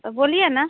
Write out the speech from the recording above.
बोलिए न